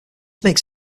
makes